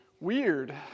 weird